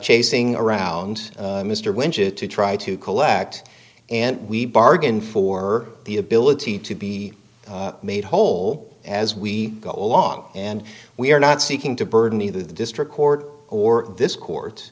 chasing around mr winship to try to collect and we bargain for the ability to be made whole as we go along and we are not seeking to burden either the district court or this court